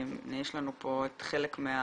יש לנו פה את חלק מהנתונים,